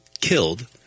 killed